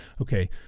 Okay